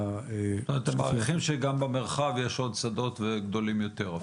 אתם מעריכים שגם במרחב יש עוד שדות גדולים יותר.